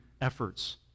efforts